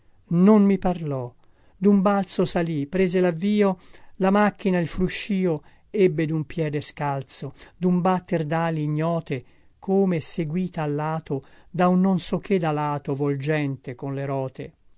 non mi parlò dun balzo salì prese lavvio la macchina il fruscìo ebbe dun piede scalzo dun batter dali ignote come seguita a lato da un non so che dalato volgente con le rote